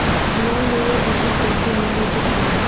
Loan लेवे बदी कैसे मिले के पड़ी?